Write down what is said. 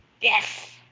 Yes